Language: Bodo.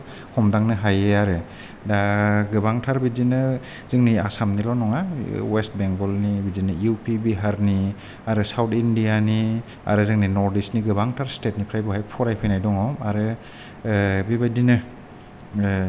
हमदांनो हायो आरो दा गोबांथार बिदिनो जोंनि आसामनिल' नङा वेस्ट बेंगलनि बिदिनो इउ पि बिहारनि आरो साउथ इन्डियानि आरो जोंनि नर्थ इस्टनि गोबांथार स्टेटनिफ्राय बहाय फरायफैनाय दङ आरो बेबायदिनो ओ